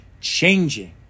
changing